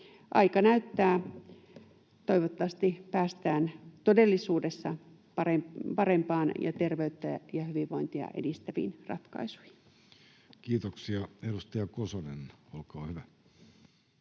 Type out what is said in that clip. Aika näyttää. Toivottavasti päästään todellisuudessa parempaan ratkaisuun ja terveyttä ja hyvinvointia edistäviin ratkaisuihin. Kiitoksia. — Edustaja Kosonen, olkaa hyvä.